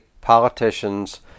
politicians